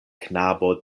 knabo